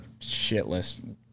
shitless